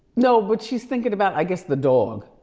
no, but she's thinking about, i guess, the dog.